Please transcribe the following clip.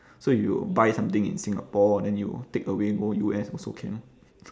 so you buy something in singapore then you take away go U_S also can